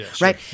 Right